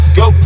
go